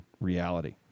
reality